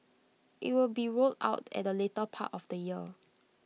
IT will be rolled out at the later part of the year